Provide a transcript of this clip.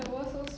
ya